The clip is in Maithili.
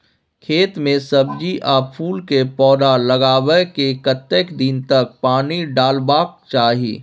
खेत मे सब्जी आ फूल के पौधा लगाबै के कतेक दिन तक पानी डालबाक चाही?